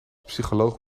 psycholoog